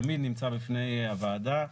תמיד נמצא בפני הוועדה.